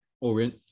Orient